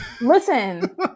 Listen